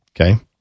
Okay